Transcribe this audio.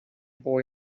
boy